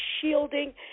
shielding